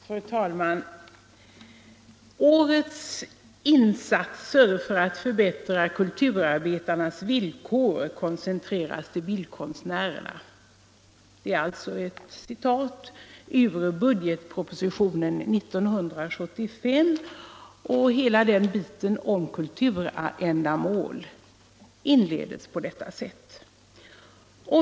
Fru talman! ”Årets insatser för att förbättra kulturarbetarnas villkor koncentreras till bildkonstnärerna.” Detta är ett citat ur budgetpropositionen 1975, och avsnittet om kulturändamål inleds på detta sätt.